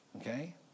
okay